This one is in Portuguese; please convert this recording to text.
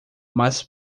mas